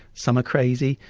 some are crazy,